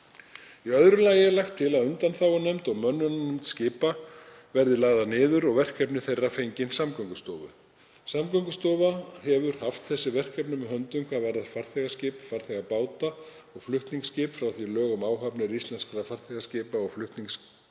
Í öðru lagi er lagt til að undanþágunefnd og mönnunarnefnd skipa verði lagðar niður og verkefni þeirra fengin Samgöngustofu. Samgöngustofa hefur haft þessi verkefni með höndum hvað varðar farþegaskip, farþegabáta og flutningaskip frá því lög um áhafnir íslenskra farþegaskipa og flutningaskipa